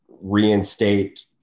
reinstate